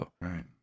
Right